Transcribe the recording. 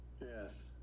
Yes